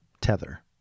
tether